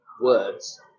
words